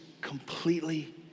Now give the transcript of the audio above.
completely